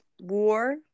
war